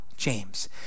James